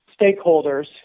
stakeholders